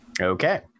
Okay